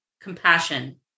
compassion